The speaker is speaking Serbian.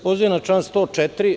Pozivam se na član 104.